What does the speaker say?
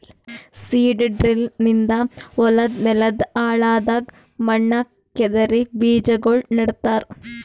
seed drill ನಿಂದ ಹೊಲದ್ ನೆಲದ್ ಆಳದಾಗ್ ಮಣ್ಣ ಕೆದರಿ ಬೀಜಾಗೋಳ ನೆಡ್ತಾರ